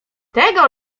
tego